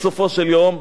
בסופו של יום,